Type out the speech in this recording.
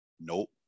Nope